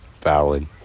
Valid